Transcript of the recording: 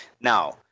Now